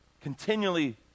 continually